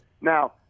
Now